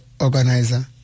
organizer